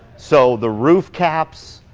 so the roof caps,